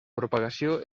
propagació